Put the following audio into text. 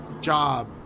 job